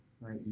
right